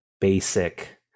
basic